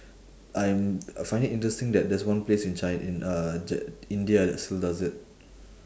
I'm I find it interesting that there's one place in chi~ in uh in india that still does it